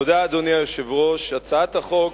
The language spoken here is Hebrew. אדוני היושב-ראש, תודה, הצעת החוק,